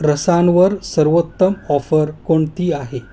रसांवर सर्वोत्तम ऑफर कोणती आहे